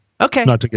Okay